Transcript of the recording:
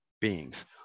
beings